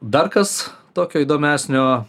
dar kas tokio įdomesnio